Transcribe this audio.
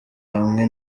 hamwe